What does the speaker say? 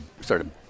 started